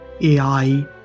AI